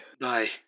bye